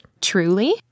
Truly